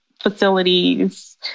facilities